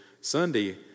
Sunday